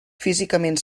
físicament